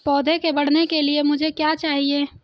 पौधे के बढ़ने के लिए मुझे क्या चाहिए?